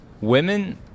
women